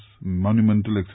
monumental